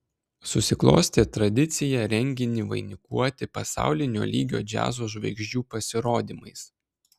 susiklostė tradicija renginį vainikuoti pasaulinio lygio džiazo žvaigždžių pasirodymais